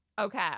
Okay